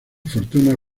fortuna